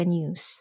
News